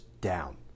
down